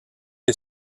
est